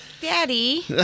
Daddy